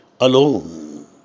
alone